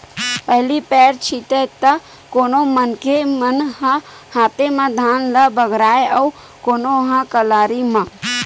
पहिली पैर छितय त कोनो मनखे मन ह हाते म धान ल बगराय अउ कोनो ह कलारी म